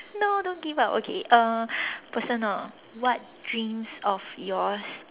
no don't give up okay uh personal what dreams of yours